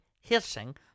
hissing